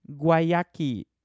Guayaki